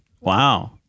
Wow